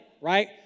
right